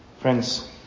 Friends